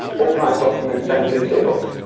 organized document than the doomsday book,